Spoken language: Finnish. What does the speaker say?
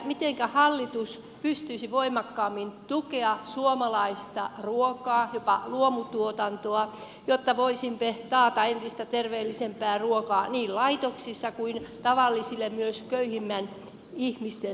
mitenkä hallitus pystyisi voimakkaammin tukemaan suomalaista ruokaa jopa luomutuotantoa jotta voisimme taata entistä terveellisempää ruokaa niin laitoksiin kuin tavallisten myös köyhimpien ihmisten ruokapöytiin